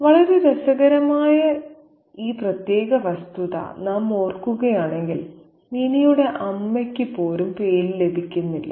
വളരെ രസകരമായ ഈ പ്രത്യേക വസ്തുത നാം ഓർക്കുകയാണെങ്കിൽ മിനിയുടെ അമ്മയ്ക്ക് പോലും പേര് ലഭിക്കില്ല